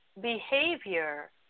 Behavior